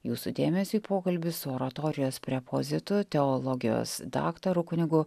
jūsų dėmesiui pokalbis su oratorijos prepozitu teologijos daktaru kunigu